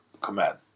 command